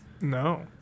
No